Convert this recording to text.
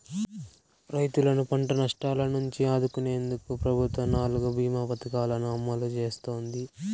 రైతులను పంట నష్టాల నుంచి ఆదుకునేందుకు ప్రభుత్వం నాలుగు భీమ పథకాలను అమలు చేస్తోంది